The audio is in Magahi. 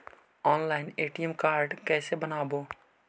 ऑनलाइन ए.टी.एम कार्ड कैसे बनाबौ?